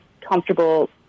comfortable